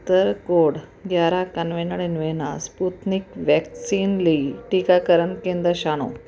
ਤਰ ਕੋਡ ਗਿਆਰਾਂ ਇਕਾਨਵੇਂ ਨੜਿਨਵੇਂ ਨਾਲ ਸਪੂਤਨਿਕ ਵੈਕਸੀਨ ਲਈ ਟੀਕਾਕਰਨ ਕੇਂਦਰ ਛਾਣੋ